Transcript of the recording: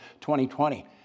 20-20